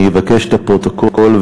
אני אבקש את הפרוטוקול,